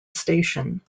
station